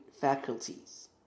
faculties